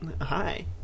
Hi